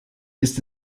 ist